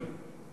האלקטרוניים,